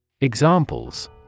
Examples